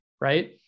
right